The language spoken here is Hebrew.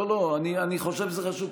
אני חושב שזה חשוב,